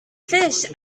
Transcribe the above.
fish